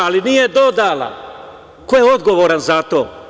Ali, nije dodala ko je odgovoran za to.